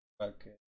Okay